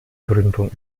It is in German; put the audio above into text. gründung